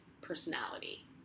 personality